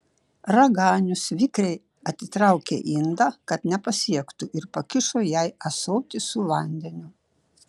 raganius vikriai atitraukė indą kad nepasiektų ir pakišo jai ąsotį su vandeniu